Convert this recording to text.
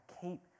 keep